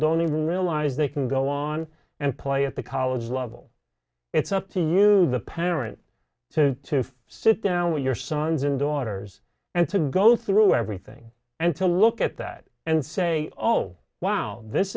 don't even realize they can go on and play at the college level it's up to you the parent to sit down with your sons and daughters and to go through everything and to look at that and say oh wow this